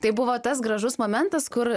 tai buvo tas gražus momentas kur